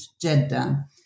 Jeddah